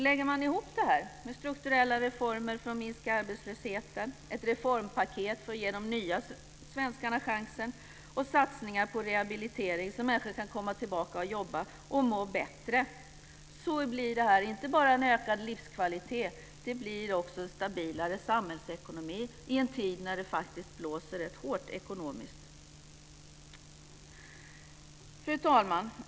Lägger man ihop detta med strukturella reformer för att minska arbetslösheten, ett reformpaket för att ge de nya svenskarna chansen och satsning på rehabilitering så att människor kan komma tillbaka i arbete och må bättre blir det inte bara en ökad livskvalitet, det blir också en stabilare samhällsekonomi i en tid när det faktiskt blåser rätt hårt ekonomiskt. Fru talman!